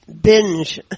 binge